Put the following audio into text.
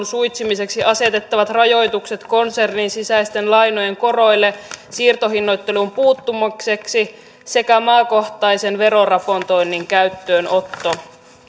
suitsimiseksi asetettavat rajoitukset konsernin sisäisten lainojen koroille siirtohinnoitteluun puuttumiseksi sekä maakohtaisen veroraportoinnin käyttöönotto